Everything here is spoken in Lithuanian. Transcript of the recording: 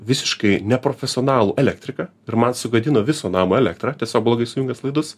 visiškai neprofesionalų elektriką ir man sugadino viso namo elektrą tiesiog blogai sujungęs laidus